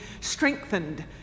strengthened